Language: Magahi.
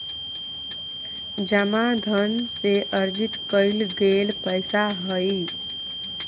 जमा धन से अर्जित कइल गेल पैसा हइ